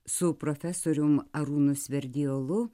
su profesorium arūnu sverdiolu